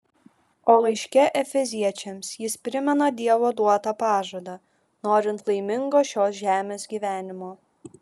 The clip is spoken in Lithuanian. o laiške efeziečiams jis primena dievo duotą pažadą norint laimingo šios žemės gyvenimo